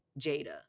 Jada